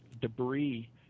debris